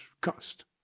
cost